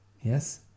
yes